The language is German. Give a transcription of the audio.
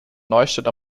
neustadt